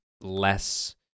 less